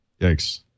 Yikes